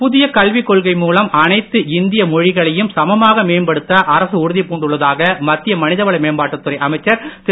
புதிய கல்வி கொள்கை மூலம் எல்லா இந்திய மொழிகளையும் சமமாக மேம்படுத்த அரசு உறுதிப் பூண்டுள்ளதாக மத்திய மனிதவள மேம்பாட்டுத்துறை அமைச்சர் திரு